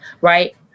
right